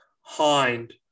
Hind